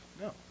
No